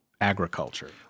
agriculture